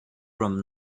from